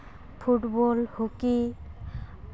football ᱦᱚᱸᱠᱤ